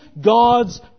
God's